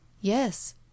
Yes